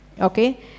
okay